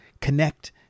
connect